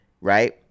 right